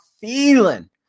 feeling